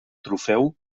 trofeu